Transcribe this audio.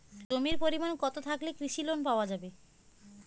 জমির পরিমাণ কতো থাকলে কৃষি লোন পাওয়া যাবে?